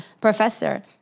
Professor